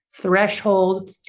threshold